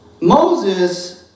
Moses